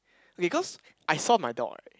okay cause I saw my dog right